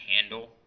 handle